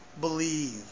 believe